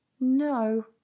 No